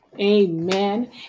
Amen